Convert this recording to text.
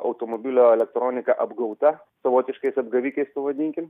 automobilio elektronika apgauta savotiškais apgavikais pavadinkim